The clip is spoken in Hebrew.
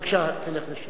תודה, אדוני